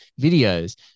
videos